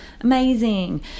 amazing